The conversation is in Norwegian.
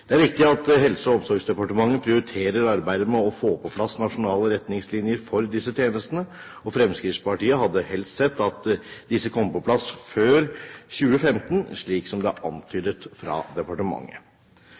Det er viktig at Helse- og omsorgsdepartementet prioriterer arbeidet med å få på plass nasjonale retningslinjer for disse tjenestene, og Fremskrittspartiet hadde helst sett at disse kom på plass før 2015, slik det er antydet av departementet. Som det er